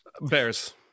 Bears